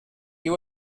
you